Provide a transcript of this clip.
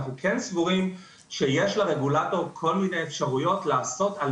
אנחנו כן סבורים שיש לרגולטור כל מיני אפשרויות לעשות על